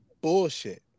bullshit